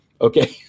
okay